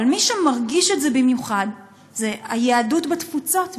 אבל מי שמרגיש את זה במיוחד זה היהדות בתפוצות,